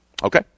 Okay